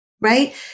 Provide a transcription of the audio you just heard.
right